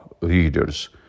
readers